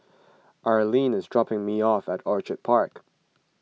Arlene is dropping me off at Orchid Park